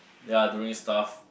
ya doing stuff